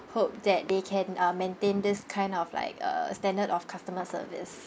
hope that they can uh maintain this kind of like uh standard of customer service